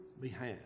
behalf